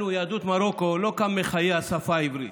לנו, יהדות מרוקו, לא קם מחיה השפה העברית.